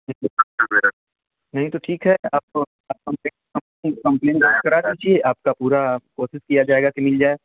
नहीं तो ठीक है आप कंप्लेन दर्ज करा दीजिए आपका पूरा कोशिश किया जाएगा कि मिल जाए